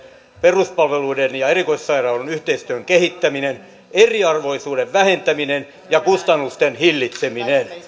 peruspalveluiden ja erikoissairaanhoidon yhteistyön kehittäminen eriarvoisuuden vähentäminen ja kustannusten hillitseminen